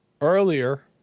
earlier